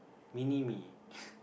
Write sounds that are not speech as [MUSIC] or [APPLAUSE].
mini me [LAUGHS]